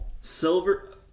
silver